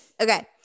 okay